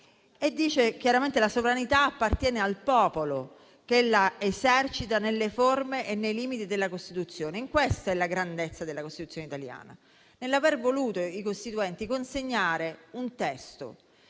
dice chiaramente che «la sovranità appartiene al popolo, che la esercita nelle forme e nei limiti della Costituzione». Questa è la grandezza della Costituzione italiana. I Costituenti hanno voluto consegnare un testo